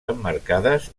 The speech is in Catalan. emmarcades